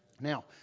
Now